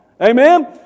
Amen